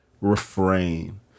refrain